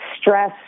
stress